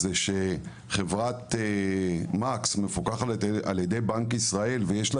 זה שחברת מקס מפוקחת על ידי בנק ישראל ויש לה